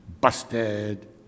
busted